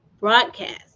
broadcast